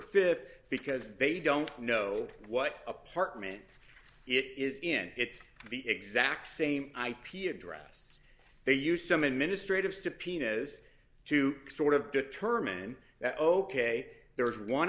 th because baby don't know what apartment it is in it's the exact same ip address they use some administrative subpoenas to sort of determine that ok there is one